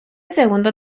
segundo